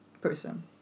person